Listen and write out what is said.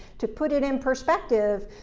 to put it in perspective,